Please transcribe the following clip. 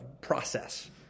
process